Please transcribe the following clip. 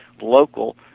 local